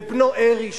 ובנו ערי,